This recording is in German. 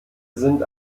sind